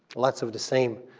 lots of the same,